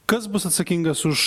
kas bus atsakingas už